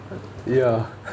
ya